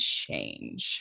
change